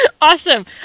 Awesome